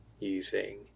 using